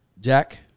Jack